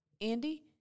Andy